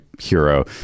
hero